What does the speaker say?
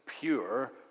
pure